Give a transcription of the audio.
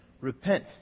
repent